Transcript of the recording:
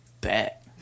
bet